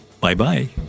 Bye-bye